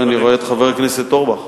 אני רואה את חבר הכנסת אורבך.